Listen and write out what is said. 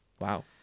Wow